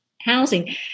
housing